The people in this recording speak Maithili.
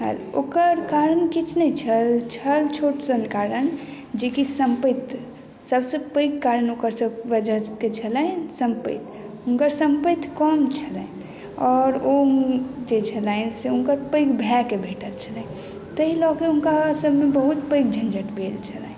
ओकर कारण किछु नहि छल छोटसन कारण जेकि सम्पैत सबसँ पैघ कारण ओकर वजह छलनि सम्पैत हुनकर सम्पैत कम छलनि आओर ओ जे छलनि से हुनकर पैघ भाइके भेटल छलनि ताहि लऽ कऽ हुनका असलमे बहुत पैघ झँझटि भेल छलनि